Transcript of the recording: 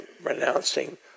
renouncing